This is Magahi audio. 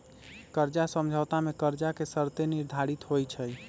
कर्जा समझौता में कर्जा के शर्तें निर्धारित होइ छइ